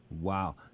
Wow